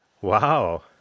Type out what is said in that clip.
Wow